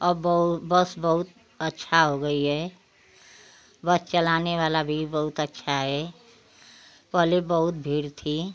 अब बहु बस बहुत अच्छा हो गई है बस चलाने वाला भी बहुत अच्छा हे पहले बहुत भीड़ थी